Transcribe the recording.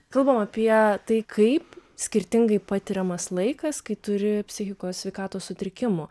kalbam apie tai kaip skirtingai patiriamas laikas kai turi psichikos sveikatos sutrikimų